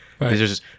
Right